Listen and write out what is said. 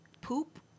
poop